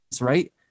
right